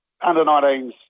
under-19s